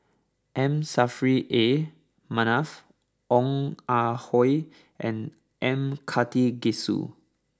M Saffri A Manaf Ong Ah Hoi and M Karthigesu